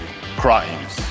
crimes